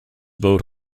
vote